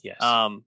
Yes